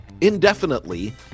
indefinitely